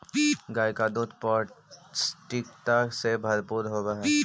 गाय का दूध पौष्टिकता से भरपूर होवअ हई